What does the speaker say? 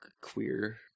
queer